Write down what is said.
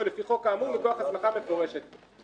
או לפי חוק כאמור מכוח הסמכה מפורשת בו."